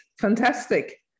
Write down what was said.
Fantastic